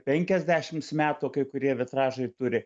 penkiasdešims metų kai kurie vitražai turi